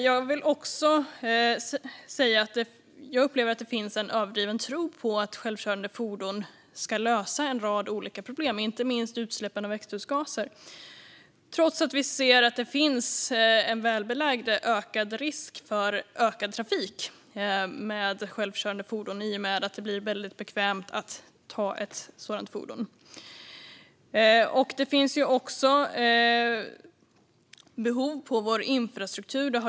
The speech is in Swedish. Jag upplever att det finns en överdriven tro på att självkörande fordon ska lösa en rad olika problem, inte minst när det gäller utsläppen av växthusgaser, trots att vi ser att det finns en välbelagd ökad risk för ökad trafik med självkörande fordon i och med att det blir mycket bekvämt att använda ett sådant fordon. Det finns också behov när det gäller vår infrastruktur.